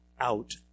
out